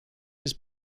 his